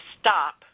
stop